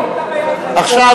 אקוניס,